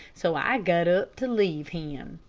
so i got up to leave him.